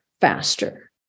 faster